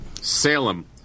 Salem